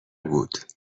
بود